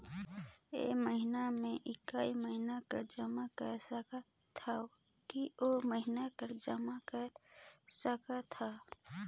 एक महीना मे एकई महीना कर जमा कर सकथव कि अउ महीना कर जमा कर सकथव?